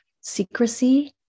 secrecy